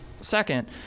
Second